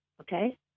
okay